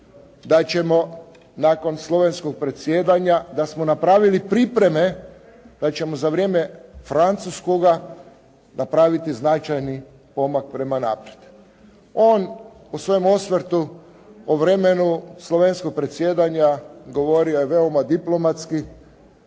da ćemo nakon Slovenskog predsjedanja, da smo napravili pripreme, da ćemo za vrijeme Francuskoga napraviti značajan pomak prema naprijed. On u svojem osvrtu o vremenu Slovenskog predsjedanja govorio je veoma diplomatski.